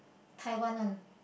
Taiwan one